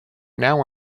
now